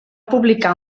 publicar